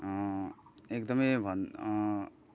एकदमै